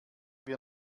wir